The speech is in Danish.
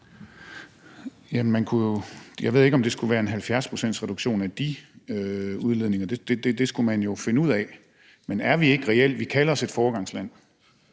Jeg ved ikke, om det skulle være en 70-procentsreduktion af de udledninger; det skulle man jo finde ud af. Vi kalder os et foregangsland,